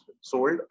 sold